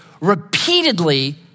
repeatedly